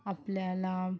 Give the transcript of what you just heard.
आपल्याला